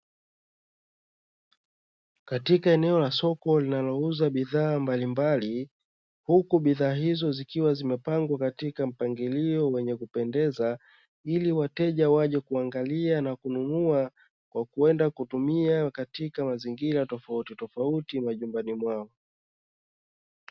Katika eneo la soko linalouza bidhaa mbalilmbali, huku bidhaa hizo zikiwa zimepangwa katika mpangilio wenye kupendeza, ili wateja waje kuangalia na kununua kwa kwenda kuangalia katika mazingira tofautitofauti majumbani mwao.